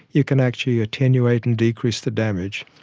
you can actually attenuate and decrease the damage.